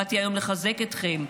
באתי היום לחזק אתכם.